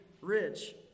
rich